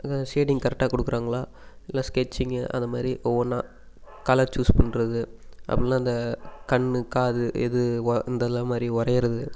இங்கே ஷேடிங் கரெக்டாக கொடுக்கறாங்களா இல்லை ஸ்கெட்சிங்கு அது மாதிரி ஒவ்வொன்றா கலர் சூஸ் பண்றது அப்படி இல்லைன்னா இந்த கண் காது இது ஓ இந்த எல்லாம் மாதிரி வரைகிறது